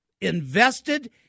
invested